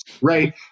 right